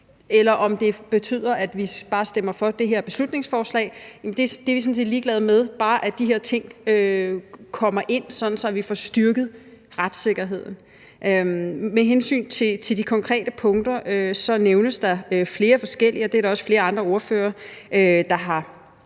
eller om det betyder, at vi bare stemmer for det her beslutningsforslag, er vi sådan set ligeglade med, bare de her ting kommer ind, sådan at vi får styrket retssikkerheden. Med hensyn til de konkrete punkter nævnes der flere forskellige, og det er der også flere andre ordførere der har